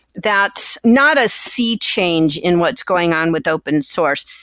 that's not a sea change in what's going on with open source.